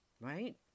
right